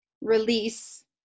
release